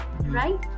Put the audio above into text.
right